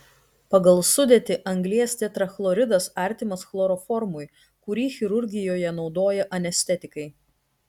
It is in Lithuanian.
pagal sudėtį anglies tetrachloridas artimas chloroformui kurį chirurgijoje naudoja anestetikai